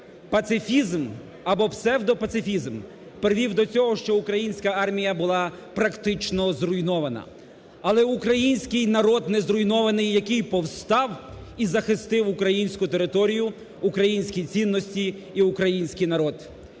Пацифізм, або псевдопацифізм, привів до цього, що українська армія була практично зруйнована. Але український народ не зруйнований, який повстав і захистив українську територію, українські цінності і український народ.